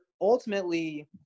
ultimately